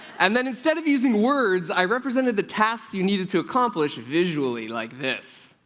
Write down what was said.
and then instead of using words, i represented the tasks you needed to accomplish visually like this.